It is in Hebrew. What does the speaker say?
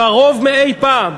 קרוב מאי-פעם.